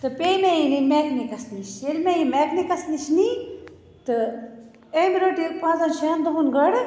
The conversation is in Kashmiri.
تہٕ پیٚیہِ مےٚ یہِ نِنۍ میٚکنِکَس نِش ییٚلہِ مےٚ یہِ میٚکنِکَس نِش نی تہٕ أمۍ رٔٹ یہِ پانٛژَن شیٚن دۅہَن گۄڈٕ